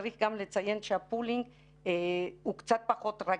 צריך גם לציין שהפולינג הוא קצת פחות רגיש,